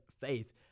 faith